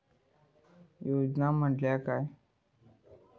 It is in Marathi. योजना म्हटल्या काय?